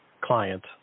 client